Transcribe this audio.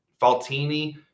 Faltini